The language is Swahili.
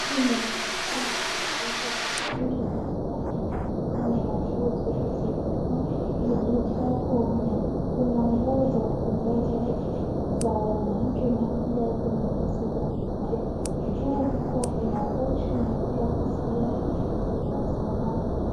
Duka linaonekana kupendeza kwa rangi mbalimbali na mwonekana wa nguo zilizoko humo. Kuna nguo za kupendeza za wanawake na pia kuna leso za kuvutia. Juu huko kuna pochi na pia kofia zinazong'aa.